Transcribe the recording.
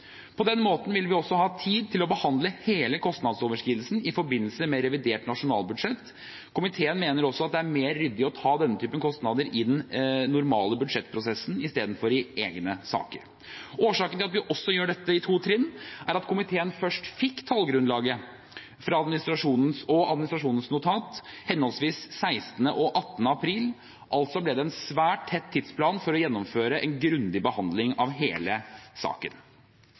På den måten vil vi også ha tid til å behandle hele kostnadsoverskridelsen i forbindelse med revidert nasjonalbudsjett. Komiteen mener også at det er mer ryddig å ta denne typen kostnader i den normale budsjettprosessen i stedet for i egne saker. Årsaken til at vi gjør dette i to trinn, er at komiteen først fikk tallgrunnlaget fra administrasjonen og administrasjonens notat henholdsvis 16. og 18. april. Det ble altså en svært tett tidsplan for å gjennomføre en grundig behandling av hele saken.